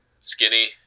skinny